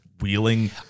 wheeling